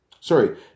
Sorry